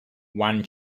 wan